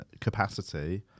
capacity